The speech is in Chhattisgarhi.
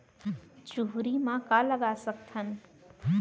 चुहरी म का लगा सकथन?